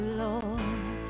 lord